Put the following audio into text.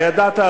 הידעת,